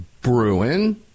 Bruin